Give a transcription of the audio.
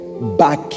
back